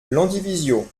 landivisiau